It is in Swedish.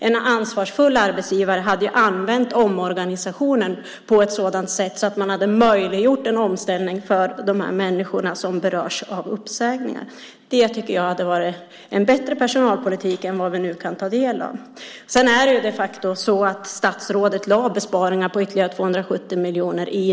En ansvarsfull arbetsgivare hade använt omorganisationen på ett sådant sätt att man möjliggjort en omställning för de människor som berörs av uppsägningar. Det hade varit en bättre personalpolitik än den vi nu kan ta del av. Det är de facto så att statsrådet i den budget som kom i höstas lade besparingar på ytterligare 270 miljoner.